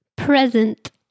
Present